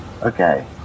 Okay